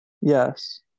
Yes